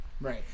Right